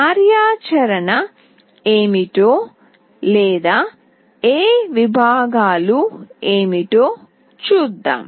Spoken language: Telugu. కార్యాచరణ ఏమిటో లేదా ఈ విభాగాలు ఏమిటో చూద్దాం